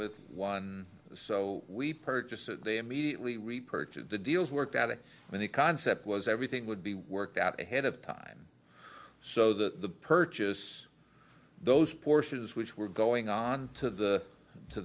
with one so we purchased it they immediately repurchase the deals worked out of the concept was everything would be worked out ahead of time so the purchase those portions which were going on to the to